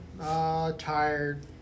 tired